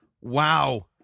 Wow